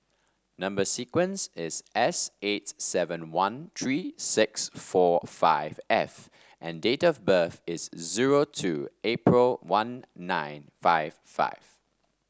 number sequence is S eight seven one three six four five F and date of birth is zero two April one nine five five